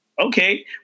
Okay